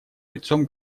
лицом